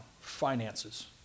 finances